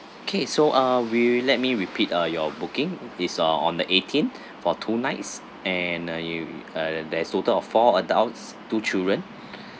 okay so uh will you let me repeat uh your booking it's uh on the eighteenth for two nights and uh you uh there's total of four adults two children